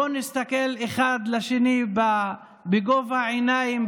בואו נסתכל אחד לשני בגובה העיניים,